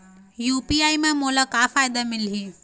UPI म मोला का फायदा मिलही?